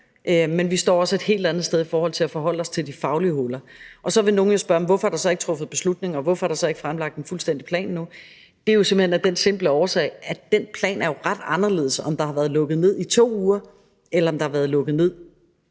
os til eksamener, men også i forhold til at forholde os til de faglige huller. Så vil nogle jo spørge: Hvorfor er der så ikke truffet en beslutning, og hvorfor er der så ikke fremlagt en fuldstændig plan nu? Det er jo simpelt hen af den simple årsag, at den plan ville være ret forskellig, alt efter om der har været lukket ned i 2 uger, eller om der har været lukket ned i 6 eller